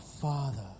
Father